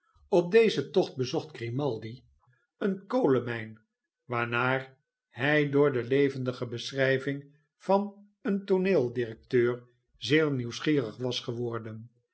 op dezen tocht bezocht grimaldi een kolenmijn waarnaar hij door de levendige beschryjozep grimaldi ving van een tooneel directeur zeer nieuwsgierig was geworden